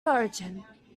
origin